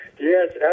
Yes